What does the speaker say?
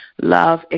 Love